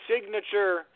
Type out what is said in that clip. signature